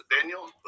Daniel